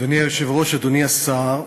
אדוני היושב-ראש, אדוני השר,